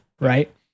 Right